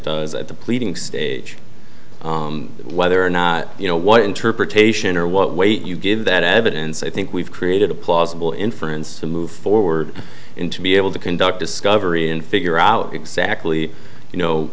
does at the pleading stage whether or not you know what interpretation or what weight you give that evidence i think we've created a plausible inference to move forward in to be able to conduct discovery and figure out exactly you know